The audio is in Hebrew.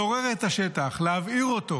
לעורר את השטח, להבעיר אותו.